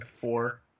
four